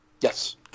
Yes